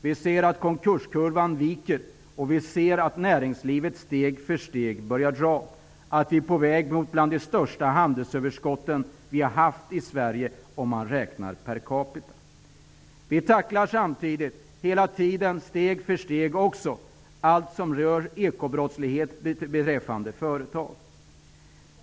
Vi ser att konkurskurvan viker och att näringslivet steg för steg börjar dra iväg uppåt. Vi är på väg mot ett av de största handelsöverskott per capita vi har haft i Vi tacklar samtidigt hela tiden också allt som rör ekobrottslighet beträffande företag.